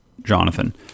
Jonathan